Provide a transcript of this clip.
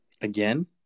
Again